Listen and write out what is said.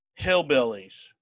hillbillies